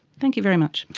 thank you very much.